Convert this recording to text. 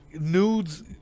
nudes